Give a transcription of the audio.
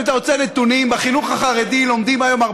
אם אתה רוצה נתונים,